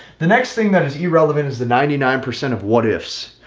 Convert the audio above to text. the next thing that is irrelevant is the ninety nine percent of what ifs.